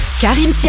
Karim